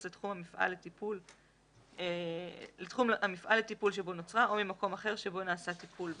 לתחום המפעל לטיפול שבו נוצרה או ממקום אחר שבו נעשה טיפול בה".